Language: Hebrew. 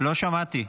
לא שמעתי.